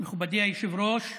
מכובדי היושב-ראש,